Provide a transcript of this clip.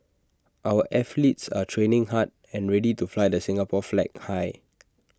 our athletes are training hard and ready to fly the Singapore flag high